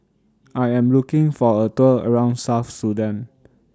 I Am looking For A Tour around South Sudan